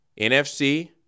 NFC